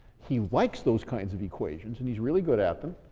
he likes those kinds of equations and he's really good at them.